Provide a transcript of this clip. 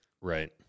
Right